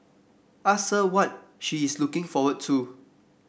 ask her what she is looking forward to